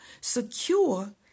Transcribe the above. secure